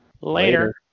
Later